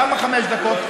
למה חמש דקות?